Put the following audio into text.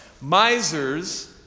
Misers